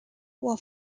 while